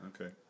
Okay